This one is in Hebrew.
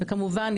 וכמובן,